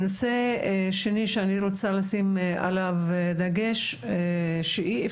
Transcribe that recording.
בכל מה שקשור לבינוי ולהשקעות בתשתיות ובציוד